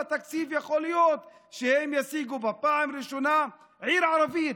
יכול להיות שבתקציב הם ישיגו בפעם הראשונה עיר ערבית.